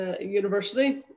university